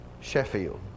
Sheffield